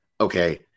okay